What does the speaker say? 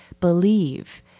believe